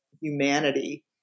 humanity